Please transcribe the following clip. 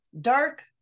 dark